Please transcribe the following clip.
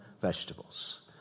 vegetables